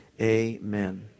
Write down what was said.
Amen